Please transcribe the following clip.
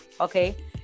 Okay